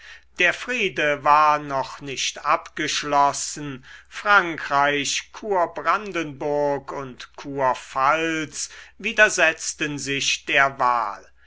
der friede war noch nicht abgeschlossen frankreich kurbrandenburg und kurpfalz widersetzten sich der wahl